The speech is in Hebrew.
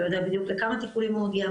הוא יודע לכמה טיפולים הוא מגיע,